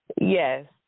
Yes